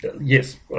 yes